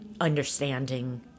understanding